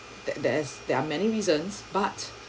that there is there are many reasons but